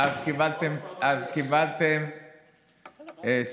קיבלתם תשובה.